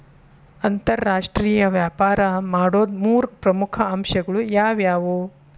ಅಂತರಾಷ್ಟ್ರೇಯ ವ್ಯಾಪಾರ ಮಾಡೋದ್ ಮೂರ್ ಪ್ರಮುಖ ಅಂಶಗಳು ಯಾವ್ಯಾವು?